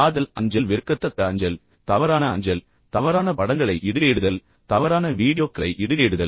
காதல் அஞ்சல் வெறுக்கத்தக்க அஞ்சல் தவறான அஞ்சல் தவறான படங்களை இடுகையிடுதல் தவறான வீடியோக்களை இடுகையிடுதல்